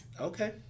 Okay